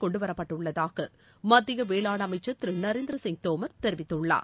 கொண்டுவரப்பட்டுள்ளதாக மத்திய வேளாண் அமைச்சர் திரு நரேந்திர சிங் தோமர் தெரிவித்துள்ளார்